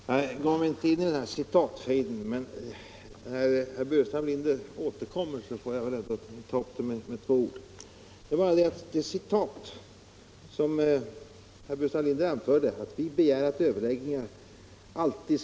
Herr talman! Jag gav mig inte in i den här citatfejden, men när nu herr Burenstam Linder återkommer till den måste jag väl beröra den med ett par ord.